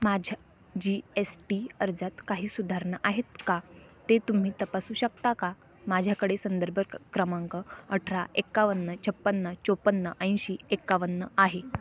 माझ्या G S T अर्जात काही सुधारणा आहेत का ते तुम्ही तपासू शकता का माझ्याकडे संदर्भ क क्रमांक अठरा एकावन्न छपन्न चौपन्न ऐंशी एकावन्न आहे